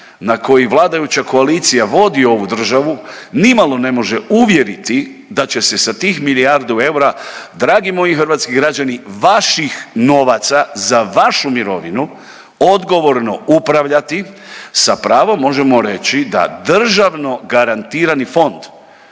na koji vladajuća koalicija vodi ovu državu nimalo ne može uvjeriti da će se sa tih milijardu eura dragi moji hrvatski građani vaših novaca za vašu mirovinu odgovorno upravljati sa pravom možemo reći da državno garantirani fond